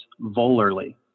volarly